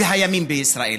והימין בישראל,